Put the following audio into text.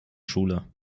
schule